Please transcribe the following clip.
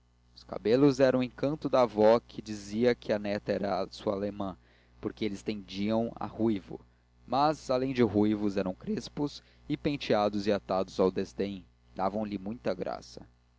os cabelos eram o encanto da avó que dizia que a neta era a sua alemã porque eles tendiam a ruivo mas além de ruivos eram crespos e penteados e atados ao desdém davam-lhe muita graça